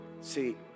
See